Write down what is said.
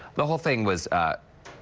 the whole thing was ah